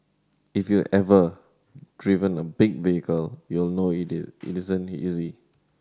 if you've ever driven a big vehicle you'll know it isn't easy